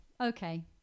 okay